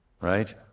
right